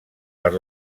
per